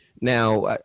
now